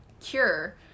cure